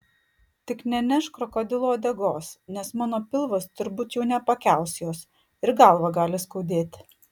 tik nenešk krokodilo uodegos nes mano pilvas turbūt jau nepakels jos ir galvą gali skaudėti